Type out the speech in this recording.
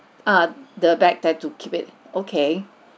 uh the bag that to keep it okay